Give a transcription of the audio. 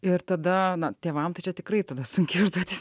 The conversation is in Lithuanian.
ir tada na tėvam tai čia tikrai tada sunki užduotis